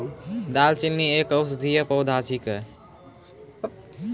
दालचीनी एक औषधीय पौधा छिकै